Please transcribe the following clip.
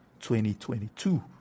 2022